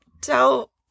tell